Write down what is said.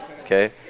Okay